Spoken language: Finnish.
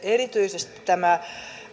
erityisesti tämä